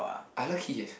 I like it eh